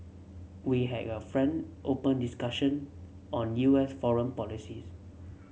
we had a frank open discussion on U S foreign policies